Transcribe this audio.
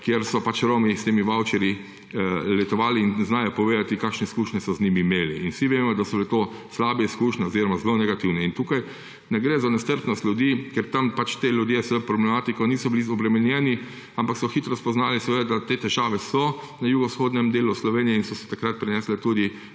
kjer so Romi s temi vavčerji letovali, in znajo povedati, kakšne izkušnje so z njimi imeli. Vsi vemo, da so bile to slabe izkušnje oziroma zelo negativne. Tukaj ne gre za nestrpnost ljudi, ker tam ti ljudje s to problematiko niso bili obremenjeni, ampak so hitro spoznali, da te težave so v jugovzhodnem delu Slovenije in so se takrat prenesle tudi